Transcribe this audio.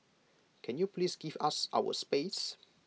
can you please give us our space